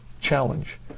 challenge